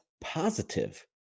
positive